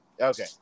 okay